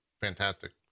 fantastic